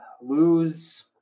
lose